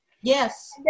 Yes